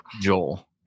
Joel